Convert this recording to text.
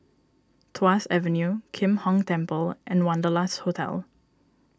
Tuas Avenue Kim Hong Temple and Wanderlust Hotel